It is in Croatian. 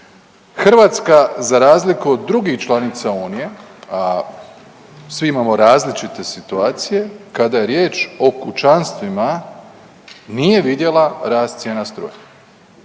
Hrvatska za razliku od drugih članica Unije, a svi imamo različite situacije kada je riječ o kućanstvima nije vidjela rast cijena struje.